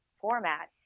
format